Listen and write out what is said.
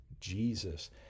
Jesus